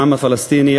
העם הפלסטיני,